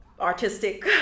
artistic